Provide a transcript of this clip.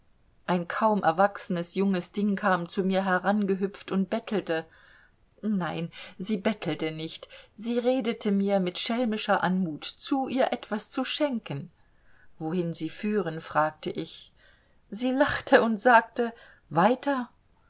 ein kaum erwachsenes junges ding kam zu mir herangehüpft und bettelte nein sie bettelte nicht sie redete mir mit schelmischer anmut zu ihr etwas zu schenken wohin sie führen fragte ich sie lachte und sagte weiter